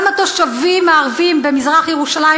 גם התושבים הערבים במזרח-ירושלים